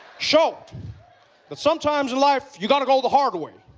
showed that sometimes in life you got to go the hard way